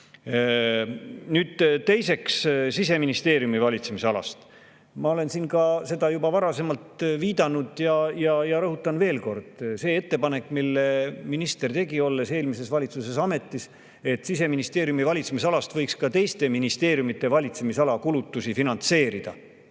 on. Nüüd teiseks, Siseministeeriumi valitsemisalast. Ma olen siin seda juba varasemalt viidanud ja rõhutan veel kord: see ettepanek, mille minister tegi, olles eelmises valitsuses ametis, et Siseministeeriumi valitsemisalast võiks ka teiste ministeeriumide valitsemisala kulutusi finantseerida,